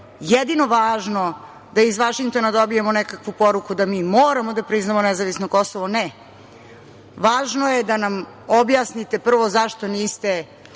jedino važno da iz Vašingtona dobijemo nekakvu poruku da mi moramo da priznamo nezavisno Kosovo, ne. Važno je da nam objasnite prvo zašto niste